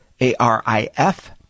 A-R-I-F